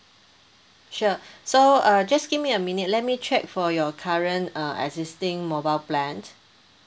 sure so uh just give me a minute let me check for your current uh existing mobile plan